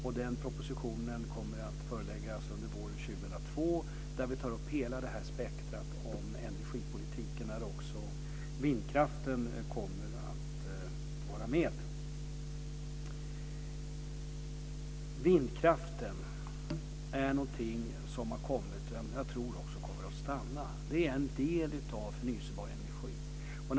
Propositionen kommer att föreläggas under våren 2002. Där kommer vi att ta upp hela spektrat om energipolitiken och även vindkraften kommer att vara med. Vindkraften är någonting som har kommit och som jag tror också kommer att stanna. Den är en del av förnybar energi.